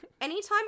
Anytime